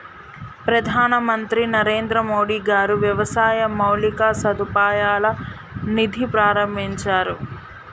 ప్రధాన మంత్రి నరేంద్రమోడీ గారు వ్యవసాయ మౌలిక సదుపాయాల నిధి ప్రాభించారు